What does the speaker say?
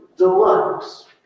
Deluxe